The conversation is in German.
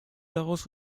daraus